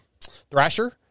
Thrasher